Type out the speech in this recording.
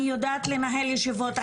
אני יודעת לנהל ישיבות,